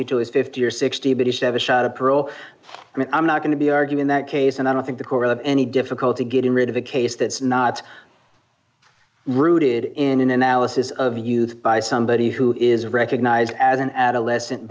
be to his fifty or sixty but he should have a shot a pro and i'm not going to be arguing that case and i don't think the core of any difficulty getting rid of a case that's not rooted in an analysis of use by somebody who is recognized as an adolescent